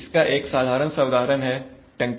इसका एक साधारण सा उदाहरण है टंकी